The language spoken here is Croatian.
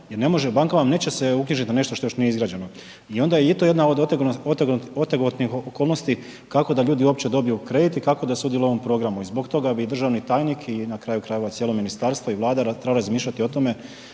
jer ne može, banka vam neće se uknjižiti na nešto što još nije izgrađeno. I onda je i to jedna od otegotnijih okolnosti kako da ljudi uopće dobiju kredit i kako da sudjeluju u ovom programu. I zbog toga bi i državni tajnik i na kraju krajeva i cijelo ministarstvo i Vlada trebali razmišljati o tome